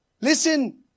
Listen